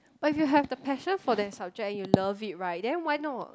but if you have the passion for that subject and you love it right then why not